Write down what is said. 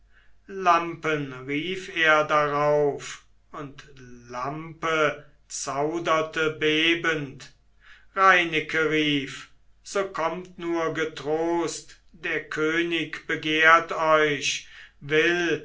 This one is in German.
lampen rief er darauf und lampe zauderte bebend reineke rief so kommt nur getrost der könig begehrt euch will